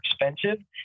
expensive